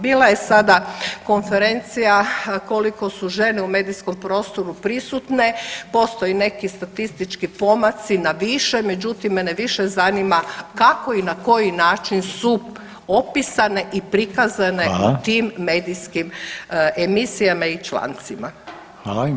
Bila je sada konferencija koliko su žene u medijskom prostoru prisutne, postoje neki statistički pomaci na više, međutim mene više zanima kako i na koji način su opisane i prikazane u [[Upadica: Hvala.]] medijskim emisijama i člancima.